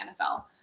NFL